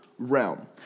Realm